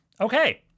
Okay